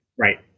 Right